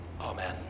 Amen